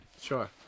Sure